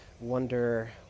wonder